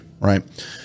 Right